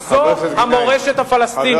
מה המורשת שלך?